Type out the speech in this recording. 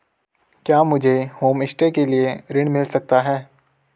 क्या मुझे होमस्टे के लिए ऋण मिल सकता है?